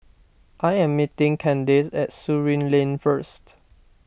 I am meeting Candace at Surin Lane first